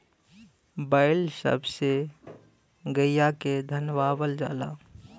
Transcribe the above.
बैल सब से गईया के धनवावल जाला